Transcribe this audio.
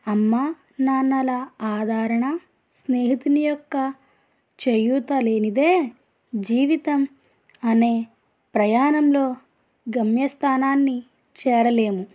అమ్మ నాన్నల ఆదరణ స్నేహితుని యొక్క చేయూత లేనిదే జీవితం అనే ప్రయాణంలో గమ్యస్థానాన్ని చేరలేము